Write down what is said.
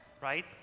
right